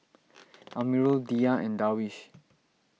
Amirul Dhia and Darwish